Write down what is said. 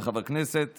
כחבר כנסת